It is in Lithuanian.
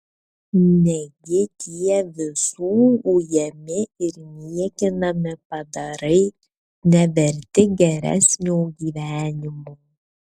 negi tie visų ujami ir niekinami padarai neverti geresnio gyvenimo